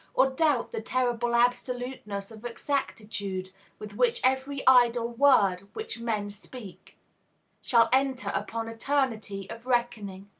or doubt the terrible absoluteness of exactitude with which every idle word which men speak shall enter upon eternity of reckoning.